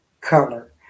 color